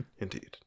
Indeed